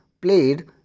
played